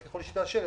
ככל שתאשר,